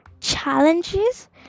challenges